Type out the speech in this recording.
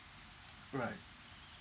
right